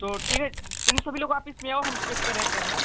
तो ठीक है तुम सभी लोग आफिस में आओ हम चेक कर रहे कैमरा